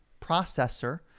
processor